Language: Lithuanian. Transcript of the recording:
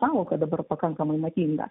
sąvoka dabar pakankamai madinga